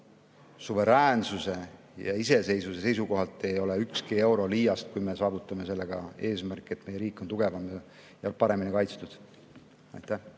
suveräänsuse ja iseseisvuse seisukohalt ei ole ükski euro liiast, kui me saavutame sellega eesmärgi, et meie riik on tugevam ja paremini kaitstud. Leo